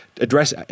address